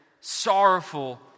sorrowful